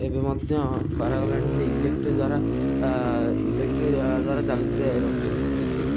ଏବେ ମଧ୍ୟ କରାଗଲାଣି ଯେ ଇଲେକ୍ଟ୍ରି ଦ୍ୱାରା ଇଲେକ୍ଟ୍ରି ଦ୍ୱାରା ଏରୋପ୍ଲେନ୍ ଇତ୍ୟାଦି